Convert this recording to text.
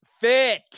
fit